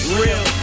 real